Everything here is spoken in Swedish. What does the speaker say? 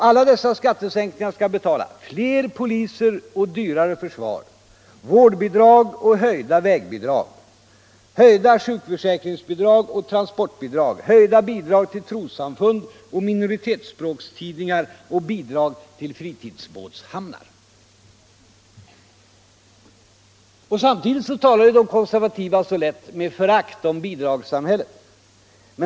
Alla dessa skattesänkningar skall betala fler poliser och dyrare försvar, vårdbidrag och höjda vägbidrag, höjda sjukförsäkringsbidrag och transportbidrag, höjda bidrag till trossamfund och minoritetsspråktidningar samt bidrag till fritidsbåtshamnar. Samtidigt talar de konservativa med förakt om bidragssamhället.